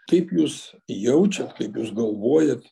kaip jūs jaučiat kaip jūs galvojat